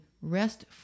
rest